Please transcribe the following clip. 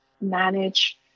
manage